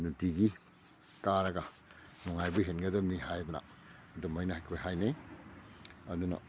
ꯅꯨꯡꯇꯤꯒꯤ ꯀꯥꯔꯒ ꯅꯨꯡꯉꯥꯏꯕ ꯍꯦꯟꯒꯗꯝꯅꯤ ꯍꯥꯏꯗꯅ ꯑꯗꯨꯃꯥꯏꯅ ꯑꯩꯈꯣꯏ ꯍꯥꯏꯅꯩ ꯑꯗꯨꯅ